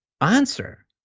answer